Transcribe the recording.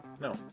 No